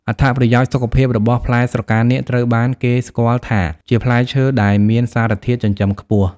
អត្ថប្រយោជន៍សុខភាពរបស់ ផ្លែស្រកានាគត្រូវបានគេស្គាល់ថាជាផ្លែឈើដែលមានសារធាតុចិញ្ចឹមខ្ពស់។